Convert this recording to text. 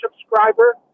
subscriber